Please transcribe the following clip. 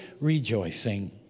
rejoicing